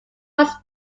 was